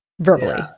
Verbally